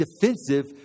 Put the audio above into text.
defensive